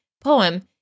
poem